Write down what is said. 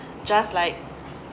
just like